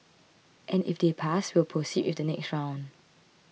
and if they pass we'll proceed with the next round